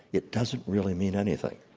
it doesn't really mean anything.